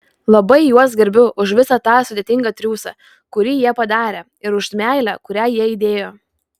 labai juos gerbiu už visą tą sudėtingą triūsą kurį jie padarė ir už meilę kurią jie įdėjo